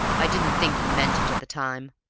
i didn't think you meant it at the time,